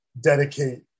dedicate